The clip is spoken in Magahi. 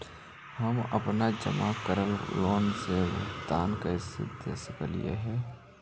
हम अपन जमा करल लोन के भुगतान कैसे देख सकली हे?